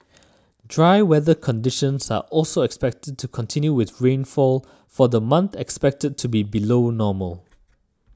dry weather conditions are also expected to continue with rainfall for the month expected to be below normal